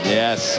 yes